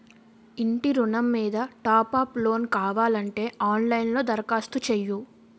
ఇంటి ఋణం మీద టాప్ అప్ లోను కావాలంటే ఆన్ లైన్ లో దరఖాస్తు చెయ్యు